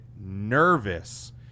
nervous